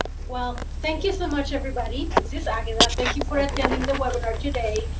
well, thank you so much, everybody. this is agatha. thank you for attending the webinar today.